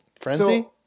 frenzy